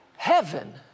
Heaven